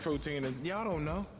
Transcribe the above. protein is. y'all don't know.